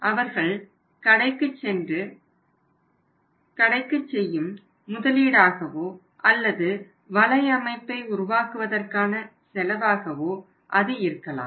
அவர்கள் கடைக்கு செய்யும் முதலீடாகவோ அல்லது வலைஅமைப்பை உருவாக்குவதற்கான செலவாகவோ அது இருக்கலாம்